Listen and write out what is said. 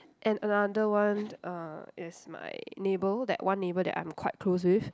and another one uh is my neighbour that one neighbour that I'm quite close with